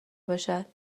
باشد